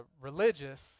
religious